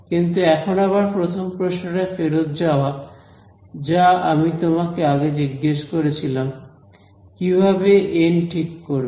কিন্তু এখন আবার প্রথম প্রশ্নটায় ফেরত যাওয়া যা আমি তোমাকে আগে জিজ্ঞেস করেছিলাম কিভাবে এন ঠিক করবে